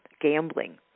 gambling